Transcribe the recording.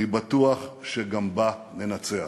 אני בטוח שגם בה ננצח.